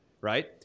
right